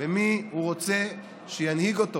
מי הוא רוצה שינהיג אותו